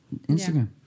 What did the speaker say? Instagram